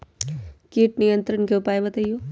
किट नियंत्रण के उपाय बतइयो?